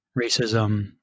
racism